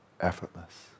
effortless